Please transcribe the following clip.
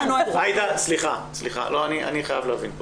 אני חייב להבין.